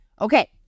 okay